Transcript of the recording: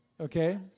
okay